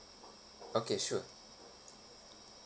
okay sure